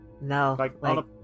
No